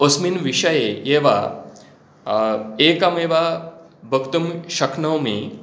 अस्मिन् विषये एव एकमेव वक्तुं शक्नोमि